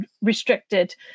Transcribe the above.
restricted